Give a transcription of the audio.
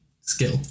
skill